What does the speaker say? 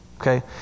Okay